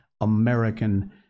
American